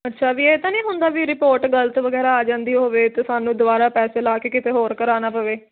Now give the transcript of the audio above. ਅੱਛਾ ਵੀ ਇਹ ਤਾਂ ਨੀ ਹੁੰਦਾ ਵੀ ਰਿਪੋਟ ਗਲਤ ਵਗੈਰਾ ਆ ਜਾਂਦੀ ਹੋਵੇ ਤੇ ਸਾਨੂੰ ਦੁਆਰਾ ਪੈਸੇ ਲਾ ਕੇ ਕਿਤੇ ਹੋਰ ਕਰਵਾਣਾ ਪਵੇ